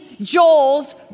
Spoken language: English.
Joel's